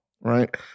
Right